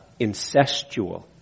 incestual